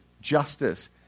justice